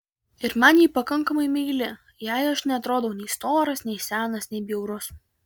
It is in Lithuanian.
ir man ji pakankamai meili jai aš neatrodau nei storas nei senas nei bjaurus